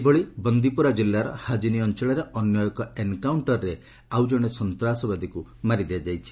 ସେହିଭଳି ବାନ୍ଦିପୋରା ଜିଲ୍ଲାର ହାଜିନୀ ଅଞ୍ଚଳରେ ଅନ୍ୟ ଏକ ଏନ୍କାଉଷ୍କରରେ ଆଉ ଜଣେ ସନ୍ତାସବାଦୀକୁ ମାରି ଦିଆଯାଇଛି